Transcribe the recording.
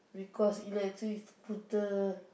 because electric scooter